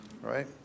Right